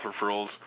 referrals